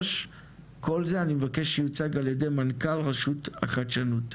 כל זה אני מבקש שיוצג ע"י מנכ"ל רשות החדשנות.